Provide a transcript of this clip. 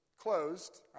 Closed